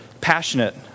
passionate